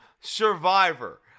survivor